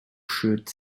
shirt